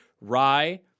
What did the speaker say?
rye